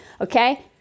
Okay